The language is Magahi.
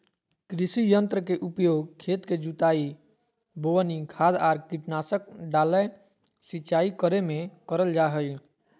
कृषि यंत्र के उपयोग खेत के जुताई, बोवनी, खाद आर कीटनाशक डालय, सिंचाई करे मे करल जा हई